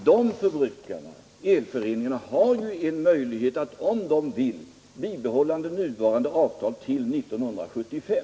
Herr talman! Än en gång: Elföreningarna har ju en möjlighet att om de vill bibehålla nuvarande avtal till 1975.